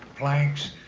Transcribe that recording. planks,